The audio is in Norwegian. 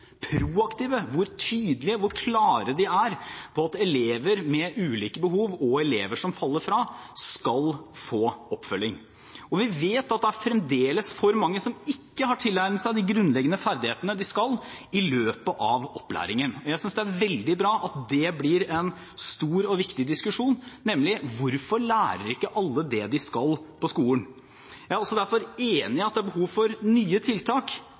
proaktive, hvor tydelige, hvor klare, de er på at elever med ulike behov og elever som faller fra, skal få oppfølging. Og vi vet at det fremdeles er for mange som ikke har tilegnet seg de grunnleggende ferdighetene de skal i løpet av opplæringen. Jeg synes det er veldig bra at dette blir en stor og viktig diskusjon, nemlig: Hvorfor lærer ikke alle det de skal, på skolen? Jeg er også derfor enig i at det er behov for nye tiltak